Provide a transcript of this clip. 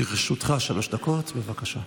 לרשותך שלוש דקות, בבקשה.